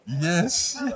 Yes